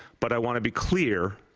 but i want to be clear,